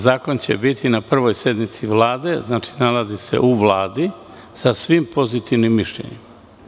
Zakon će biti na prvoj sednici Vlade, znači, nalazi se u Vladi, sa svim pozitivnim mišljenjima.